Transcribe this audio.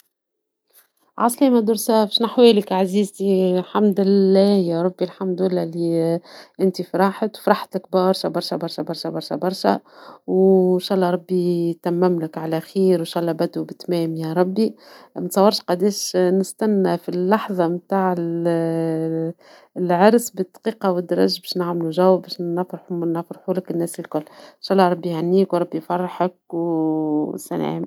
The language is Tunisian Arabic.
السلام عليكم! نحب نبارك لك على زواجك! فرحان برشة لك، وإن شاء الله تكون حياة مليانة حب وسعادة. نحب نشوفك وتشاركنا فرحتك، ونتمنى لكما كل التوفيق. ذيك لحظة خاصة، ونتمنى لكم أيام جميلة مع بعض.